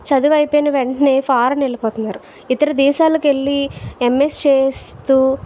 చదువు అయిపోయిన వెంటనే ఫారన్ వెళ్ళిపోతున్నారు ఇతర దేశాలకెళ్ళి ఎమ్ఎస్ చేస్తూ